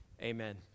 Amen